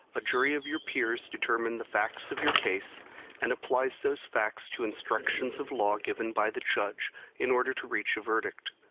a jury of your peers determines the facts of your case and applies those facts to instructions of law given by the judge in order to reach a verdict.